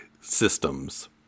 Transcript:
systems